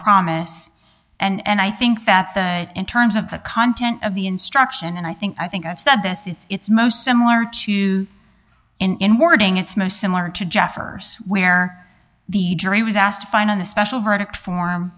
promise and i think that the in terms of the content of the instruction and i think i think i've said this the it's most similar to in wording it's most similar to jefferson where the jury was asked to find on the special verdict form